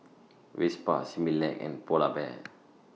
Vespa Similac and Pull and Bear